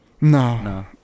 no